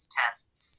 tests